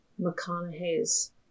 McConaughey's